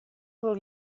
will